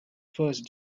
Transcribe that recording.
first